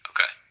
Okay